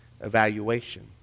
evaluation